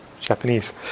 Japanese